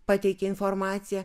pateikė informaciją